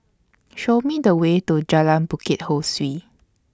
Show Me The Way to Jalan Bukit Ho Swee